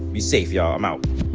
be safe, y'all. i'm out